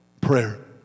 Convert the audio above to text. prayer